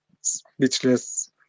speechless